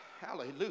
hallelujah